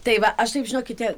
tai va aš taip žinokite